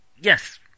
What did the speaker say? Yes